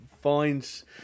finds